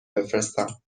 بفرستم